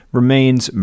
remains